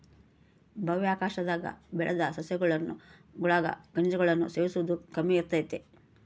ಬಾಹ್ಯಾಕಾಶದಾಗ ಬೆಳುದ್ ಸಸ್ಯಗುಳಾಗ ಖನಿಜಗುಳ್ನ ಸೇವಿಸೋದು ಕಮ್ಮಿ ಇರ್ತತೆ